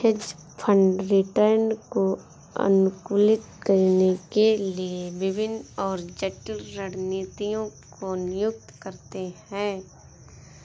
hedge fund return को अनुकूलित करने के लिए विभिन्न और जटिल रणनीतियों को नियुक्त करते हैं